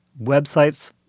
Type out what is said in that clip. websites